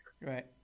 Right